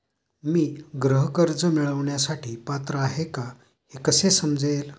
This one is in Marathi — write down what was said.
मी गृह कर्ज मिळवण्यासाठी पात्र आहे का हे कसे समजेल?